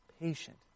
patient